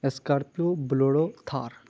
scorpio bolero Thar